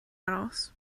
aros